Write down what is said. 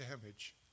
damage